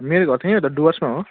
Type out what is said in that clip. मेरो घर त यहीँ हो त डुवर्समा हो